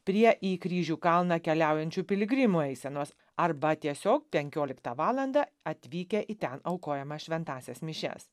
prie į kryžių kalną keliaujančių piligrimų eisenos arba tiesiog penkioliktą valandą atvykę į ten aukojamas šventąsias mišias